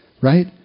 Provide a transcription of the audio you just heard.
Right